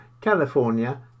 California